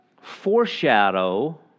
foreshadow